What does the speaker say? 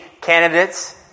candidates